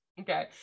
Okay